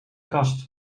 kast